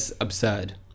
absurd